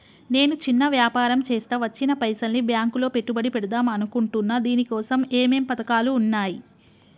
నేను చిన్న వ్యాపారం చేస్తా వచ్చిన పైసల్ని బ్యాంకులో పెట్టుబడి పెడదాం అనుకుంటున్నా దీనికోసం ఏమేం పథకాలు ఉన్నాయ్?